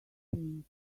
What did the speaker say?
pink